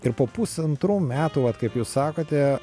ir po pusantrų metų vat kaip jūs sakote